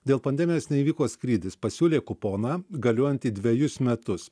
dėl pandemijos neįvyko skrydis pasiūlė kuponą galiojantį dvejus metus